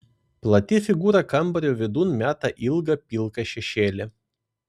plati figūra kambario vidun meta ilgą pilką šešėlį